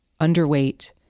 underweight